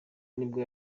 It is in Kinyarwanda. nibwo